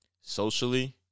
Socially